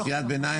בקריאת ביניים,